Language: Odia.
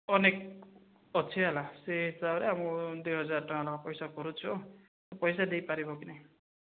ଅନେକ ଅଛି ହେଲା ସେଇ ହିସାବରେ ଆମକୁ ଦୁଇ ହଜାର ଟଙ୍କା ଲେଖା ପଇସା କରୁଛୁ ତ ପଇସା ଦେଇ ପାରିବ କି ନାହିଁ